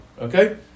Okay